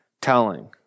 telling